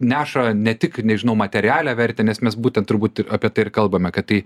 neša ne tik nežinau materialią vertę nes mes būtent turbūt apie tai kalbame kad tai